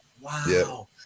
Wow